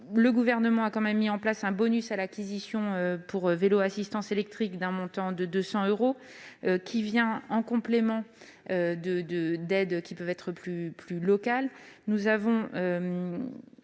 Le Gouvernement a tout de même mis en place un bonus à l'acquisition de vélos à assistance électrique d'un montant de 200 euros, qui vient en complément d'aides qui peuvent être plus locales. Cet amendement